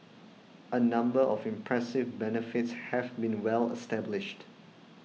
a number of impressive benefits have been well established